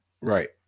Right